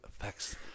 affects